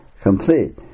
complete